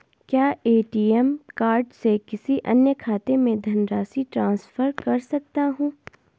क्या ATM card से किसी अन्य खाते में धनराशि ट्रांसफर कर सकता हूँ?